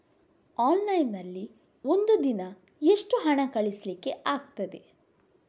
Online ನಲ್ಲಿ ಒಂದು ದಿನ ಎಷ್ಟು ಹಣ ಕಳಿಸ್ಲಿಕ್ಕೆ ಆಗ್ತದೆ?